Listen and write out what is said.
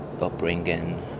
upbringing